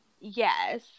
Yes